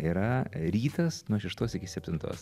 yra rytas nuo šeštos iki septintos